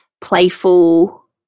playful